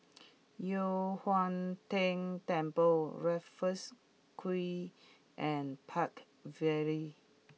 Yu Huang Tian Temple Raffles Quay and Park Vale